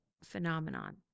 phenomenon